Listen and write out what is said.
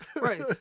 right